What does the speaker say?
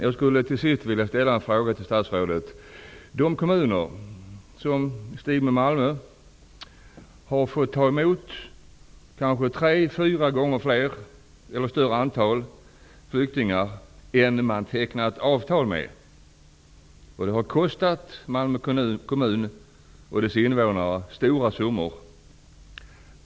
Det finns kommuner, som i stil med Malmö, har fått ta emot kanske tre--fyra gånger större antal flyktingar än man tecknat avtal om. Det har kostat Malmö kommun och dess invånare stora summor.